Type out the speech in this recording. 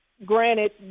Granted